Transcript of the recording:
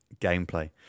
gameplay